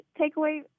takeaway